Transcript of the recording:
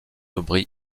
aubry